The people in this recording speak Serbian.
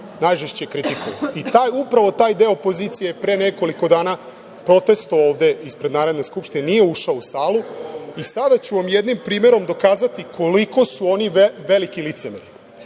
najžešće kritikovao i upravo taj deo opozicije pre nekoliko dana protestovao je ovde ispred Narodne skupštine, nije ušao u salu. Sada ću vam jednim primerom dokazati koliko su oni veliki licemeri,